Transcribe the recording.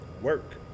work